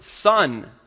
son